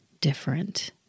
different